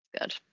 good